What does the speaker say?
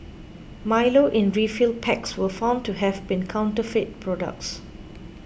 Milo in refill packs were found to have been counterfeit products